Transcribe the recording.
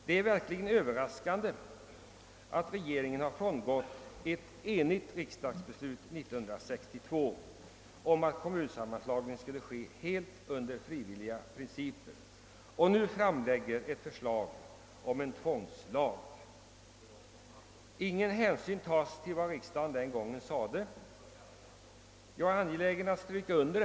Det är verkligen överraskande att regeringen har frångått ett enigt riksdagsbeslut 1962 om att kommunsammanläggningen skulle ske helt enligt frivilligprincipen och nu framlägger förslag om en tvångslag. Ingen hänsyn tas till vad riksdagen uttalade 1962. Jag är angelägen att understryka detta.